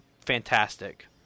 fantastic